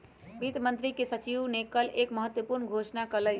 वित्त मंत्री के सचिव ने कल एक महत्वपूर्ण घोषणा कइलय